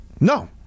No